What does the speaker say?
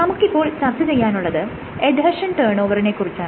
നമുക്ക് ഇപ്പോൾ ചർച്ച ചെയ്യാനുള്ളത് എഡ്ഹെഷൻ ടേൺ ഓവറിനെ കുറിച്ചാണ്